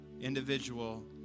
individual